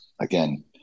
again